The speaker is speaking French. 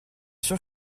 sûr